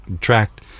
tracked